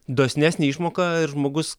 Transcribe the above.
dosnesnė išmoka ir žmogus